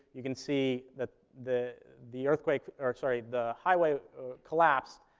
you can see that the the earthquake or, sorry, the highway collapsed,